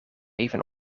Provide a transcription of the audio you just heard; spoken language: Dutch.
even